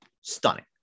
Stunning